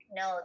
no